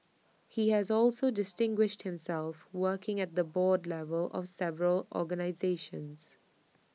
he has also distinguished himself working at the board level of several organisations